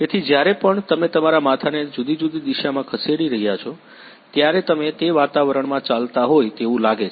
તેથી જ્યારે પણ તમે તમારા માથાને જુદી જુદી દિશામાં ખસેડી રહ્યા હો ત્યારે તમે તે વાતાવરણમાં ચાલતા હોય તેવું લાગે છે